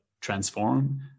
transform